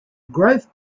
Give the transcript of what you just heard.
grove